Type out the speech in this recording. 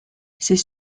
ces